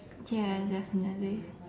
ya definitely